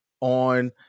on